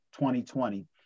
2020